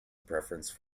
preference